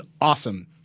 awesome